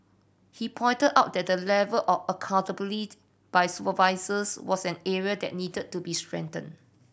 he pointed out that the level of accountabilitied by supervisors was an area that needed to be strengthen